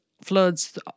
floods